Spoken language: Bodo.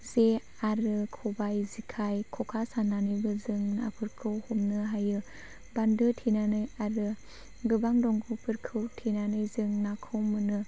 जे आरो खबाय जेखाइ ख'खा साननानैबो जों नाफोरखौ हमनो हायो बान्दो थेनानै आरो गोबां दंग'फोरखौ थेनानै जों नाखौ मोनो